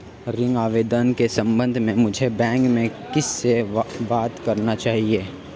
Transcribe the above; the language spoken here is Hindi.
ऋण आवेदन के संबंध में मुझे बैंक में किससे बात करनी चाहिए?